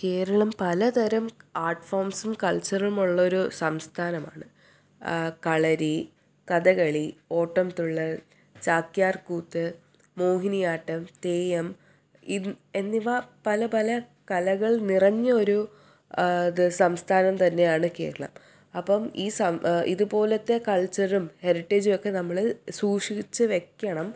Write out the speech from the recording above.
കേരളം പലതരം ആർട്ട്ഫോംസും കൽച്ചറും ഉള്ള ഒരു സംസ്ഥാനമാണ് കളരി കഥകളി ഓട്ടം തുള്ളൽ ചാക്ക്യാർകൂത്ത് മോഹിനിയാട്ടം തെയ്യം എന്നിവ പല പല കലകൾ നിറഞ്ഞ ഒരു ഇത് സംസ്ഥാനം തന്നെയാണ് കേരളം അപ്പം ഈ ഇതുപോലത്തെ കൽച്ചറും ഹെറിട്ടേജുമൊക്കെ നമ്മൾ സൂക്ഷിച്ച് വയ്ക്കണം